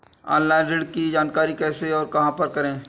Online ऋण की जानकारी कैसे और कहां पर करें?